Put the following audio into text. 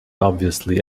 obviously